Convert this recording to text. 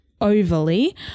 overly